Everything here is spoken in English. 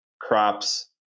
crops